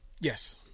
Yes